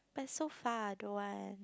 but it's so far I don't want